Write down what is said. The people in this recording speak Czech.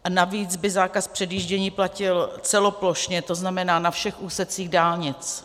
A navíc by zákaz předjíždění platil celoplošně, to znamená na všech úsecích dálnic.